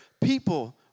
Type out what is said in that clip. people